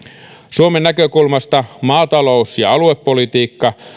suomen näkökulmasta maatalous ja aluepolitiikka